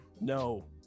no